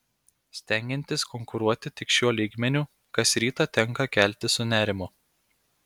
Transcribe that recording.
stengiantis konkuruoti tik šiuo lygmeniu kas rytą tenka keltis su nerimu